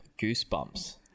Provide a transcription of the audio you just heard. goosebumps